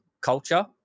culture